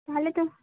তাহলে তো